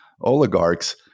oligarchs